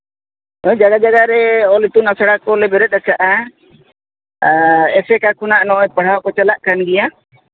ᱦᱮᱸ ᱡᱟᱭᱜᱟ ᱡᱟᱭᱜᱟ ᱨᱮ ᱚᱞ ᱤᱛᱩᱱ ᱟᱥᱲᱟ ᱠᱚᱞᱮ ᱵᱮᱨᱮᱫ ᱠᱟᱜᱼᱟ ᱟᱨ ᱮᱥᱮᱠᱟ ᱠᱷᱚᱱᱟᱜ ᱱᱚᱜᱚᱭ ᱯᱟᱲᱦᱟᱜ ᱠᱚ ᱪᱟᱞᱟᱜ ᱠᱟᱱ ᱜᱮᱭᱟ